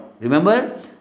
Remember